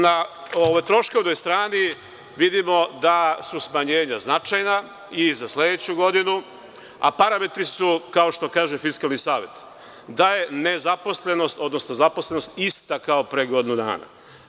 Na troškovnoj strani vidimo da su smanjenja značajna i za sledeću godinu, a parametri su, kao što kaže Fiskalni savet, da je nezaposlenost, odnosno zaposlenost ista kao pre godinu dana.